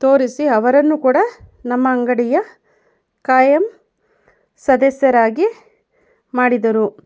ತೋರಿಸಿ ಅವರನ್ನು ಕೂಡ ನಮ್ಮ ಅಂಗಡಿಯ ಖಾಯಂ ಸದಸ್ಯರಾಗಿ ಮಾಡಿದರು